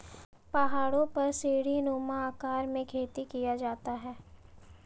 पहाड़ों पर सीढ़ीनुमा आकार में खेती किया जाता है